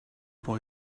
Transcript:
boy